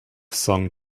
song